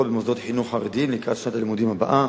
במוסדות חינוך חרדיים לקראת שנת הלימודים הבאה.